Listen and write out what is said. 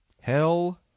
Hell